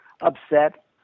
upset